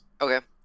Okay